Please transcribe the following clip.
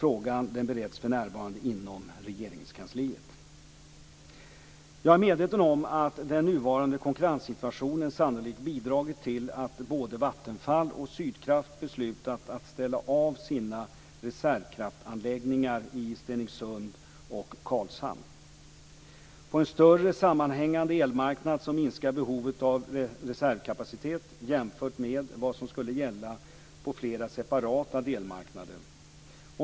Frågan bereds för närvarande inom Jag är medveten om att den nuvarande konkurrenssituationen sannolikt bidragit till att både Vattenfall och Sydkraft beslutat att ställa av sina reservkraftanläggningar i Stenungssund och Karlshamn. På en större sammanhängande elmarknad minskar behovet av reservkapacitet, jämfört med vad som skulle gälla på flera separata delmarknader.